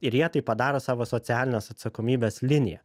ir jie tai padaro savo socialinės atsakomybės linija